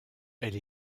elle